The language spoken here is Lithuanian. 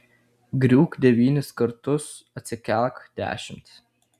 griūk devynis kartus atsikelk dešimt